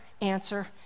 answer